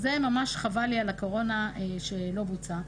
זה ממש חבל לי, על הקורונה, שלא בוצע.